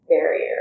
Barrier